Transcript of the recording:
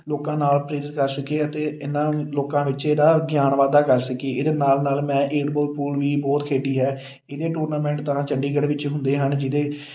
ਲੋਕਾਂ ਨਾਲ ਪ੍ਰੇਰਿਤ ਕਰ ਸਕੀਏ ਅਤੇ ਇਹਨਾਂ ਲੋਕਾਂ ਵਿੱਚ ਇਹਦਾ ਗਿਆਨ ਵਾਧਾ ਕਰ ਸਕੀਏ ਇਹਦੇ ਨਾਲ ਨਾਲ ਮੈਂ ਬਹੁਤ ਖੇਡੀ ਹੈ ਇਹਦੇ ਟੂਰਨਾਮੈਂਟ ਤਾਂ ਚੰਡੀਗੜ੍ਹ ਵਿੱਚ ਹੁੰਦੇ ਹਨ ਜਿਹਦੇ